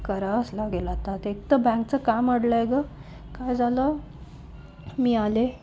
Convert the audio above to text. करावच लागेल आता एकतर बँकचं काय अडलंय गं काय झालं मी आले